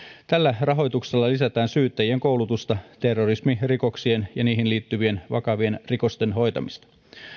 tällä rahoituksella lisätään syyttäjien koulutusta terrorismirikoksien ja niihin liittyvien vakavien rikosten hoitamiseen